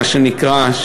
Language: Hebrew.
מה שנקרא,